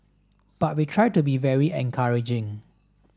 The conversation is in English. but we try to be very encouraging